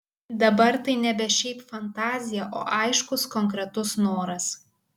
dabar tai nebe šiaip fantazija o aiškus konkretus noras